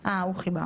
שרן, אנחנו נעביר,